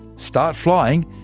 start flying,